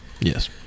Yes